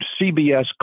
CBS